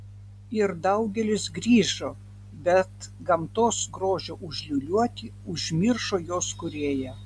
ir daugelis grįžo bet gamtos grožio užliūliuoti užmiršo jos kūrėją